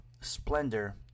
Splendor